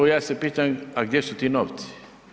I ja se pitam, gdje su ti novci?